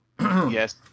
Yes